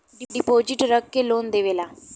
deposit रख के loan देवेला